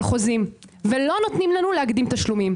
חוזים ולא נותנים לנו להקדים תשלומים.